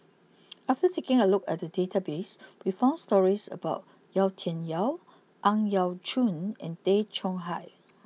after taking a look at the database we found stories about Yau Tian Yau Ang Yau Choon and Tay Chong Hai